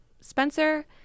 Spencer